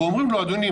ואומרים לו: אדוני,